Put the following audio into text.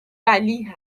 ولی